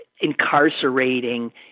incarcerating